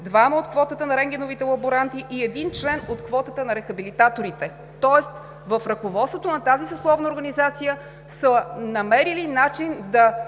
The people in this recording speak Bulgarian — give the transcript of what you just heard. двама от квотата на рентгеновите лаборанти, и един член от квотата на рехабилитаторите, тоест в ръководството на тази съсловна организация са намерили начин да